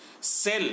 sell